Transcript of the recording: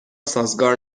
سازگار